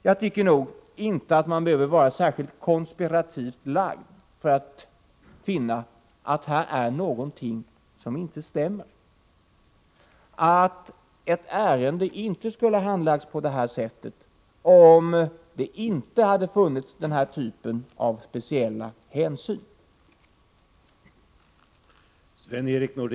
Jag tycker inte att man behöver vara särskilt konspirativt lagd för att finna att här är någonting som inte stämmer och att ärendet inte skulle ha handlagts på detta sätt om inte denna typ av speciella hänsyn hade funnits.